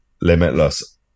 Limitless